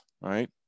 right